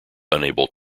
unable